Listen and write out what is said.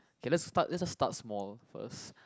okay let's start let us start small first